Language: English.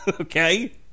Okay